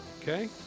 okay